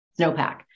snowpack